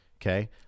Okay